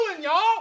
y'all